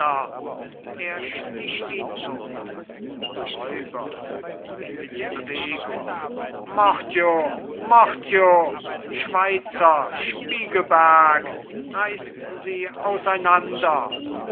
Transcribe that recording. sticht ihn todt räuber in bewegung mordjo mordjo schweizer spiegelberg reißt sie auseinander